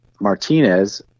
Martinez